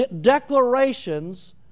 declarations